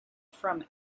from